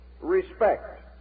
respect